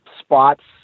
spots